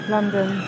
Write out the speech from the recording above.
London